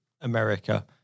America